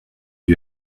lui